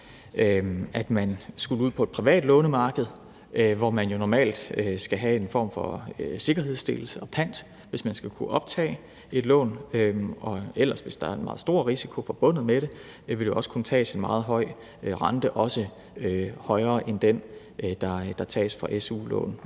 at man skulle ud på et privat lånemarked, hvor man jo normalt skal have en form for sikkerhedsstillelse og pant, hvis man skal kunne optage et lån, og ellers, hvis der er en meget stor risiko forbundet med det, vil der også kunne tages en meget høj rente, også højere end den, der tages for su-lån